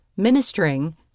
Ministering